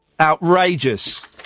Outrageous